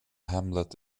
hamlet